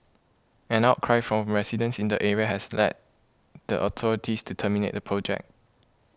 an outcry from residents in the area has led the authorities to terminate the project